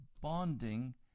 bonding